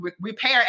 repair